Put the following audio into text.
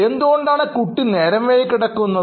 എന്തുകൊണ്ടാണ് കുട്ടി നേരം വൈകി കിടക്കുന്നത്